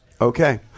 okay